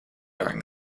during